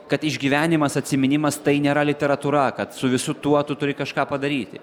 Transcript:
kad išgyvenimas atsiminimas tai nėra literatūra kad su visu tuo tu turi kažką padaryti